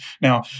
Now